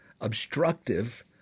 obstructive